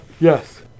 yes